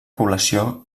població